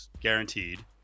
guaranteed